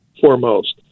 foremost